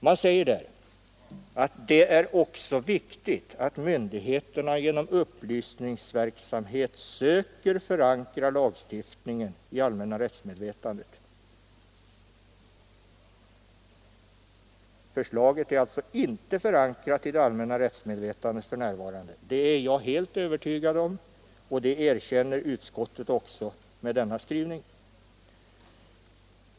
Man säger där: ”Det är också viktigt att myndigheterna genom upplysningsverksamhet söker förankra lagstiftningen i allmänna rättsmedvetandet.” Förslaget är alltså inte förankrat i det allmänna rättsmedvetandet för närvarande. Det är jag helt övertygad om, och det erkänner som sagt utskottet med denna skrivning.